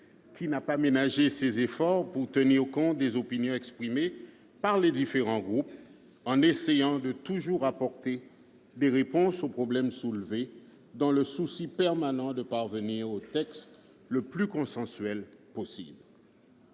qui n'a pas ménagé ses efforts pour tenir compte des opinions exprimées par les différents groupes, en essayant toujours d'apporter des réponses aux problèmes soulevés, dans le souci permanent de parvenir au texte le plus consensuel possible.